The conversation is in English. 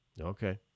okay